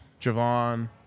Javon